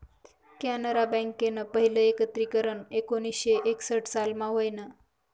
कॅनरा बँकनं पहिलं एकत्रीकरन एकोणीसशे एकसठ सालमा व्हयनं